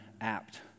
apt